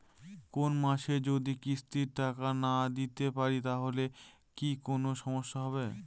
কোনমাসে যদি কিস্তির টাকা না দিতে পারি তাহলে কি কোন সমস্যা হবে?